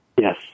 Yes